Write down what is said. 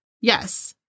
Yes